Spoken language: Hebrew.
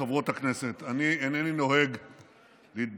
חברות הכנסת, אני אינני נוהג להתבטא